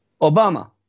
Obama